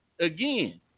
again